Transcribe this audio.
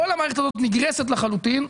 כל המערכת הזאת נגרסת לחלוטין.